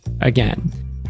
again